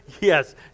Yes